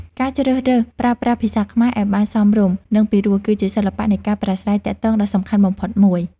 ការជ្រើសរើសប្រើប្រាស់ភាសាខ្មែរឱ្យបានសមរម្យនិងពិរោះគឺជាសិល្បៈនៃការប្រាស្រ័យទាក់ទងដ៏សំខាន់បំផុតមួយ។